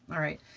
alright.